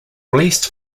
released